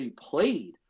played